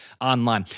online